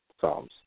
psalms